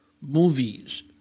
movies